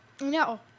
No